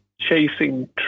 chasing